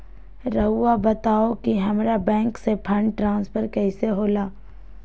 राउआ बताओ कि हामारा बैंक से फंड ट्रांसफर कैसे होला?